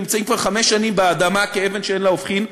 נמצאים כבר חמש שנים באדמה כאבן שאין לה הופכין,